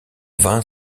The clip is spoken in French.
vain